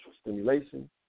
stimulation